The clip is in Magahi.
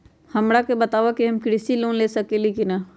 हमरा के बताव कि हम कृषि लोन ले सकेली की न?